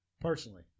personally